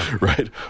right